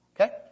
Okay